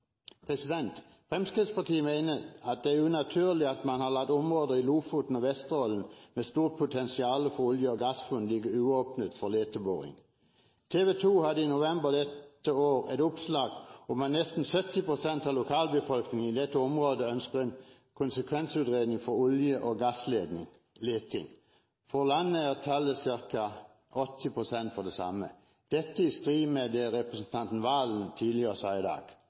Fremskrittspartiet mener det er unaturlig at man har latt områder i Lofoten og Vesterålen med stort potensial for olje- eller gassfunn ligge uåpnet for leteboring. TV 2 hadde i november et oppslag om at nesten 70 pst. av lokalbefolkningen i dette området ønsker en konsekvensutredning for olje- og gassleting. For hele landet er tallet ca. 80 pst. når det gjelder det samme. Dette er i strid med det representanten Serigstad Valen sa tidligere i dag.